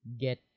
get